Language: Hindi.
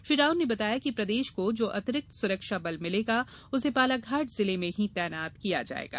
श्री राव ने बताया कि प्रदेश को जो अतिरिक्त सुरक्षा बल मिलेगा उसे बालाघाट जिले में ही तैनात किया जायेगा